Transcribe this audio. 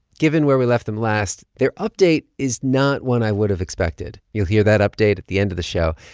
given where we left them last, their update is not one i would have expected. you'll hear that update at the end of the show.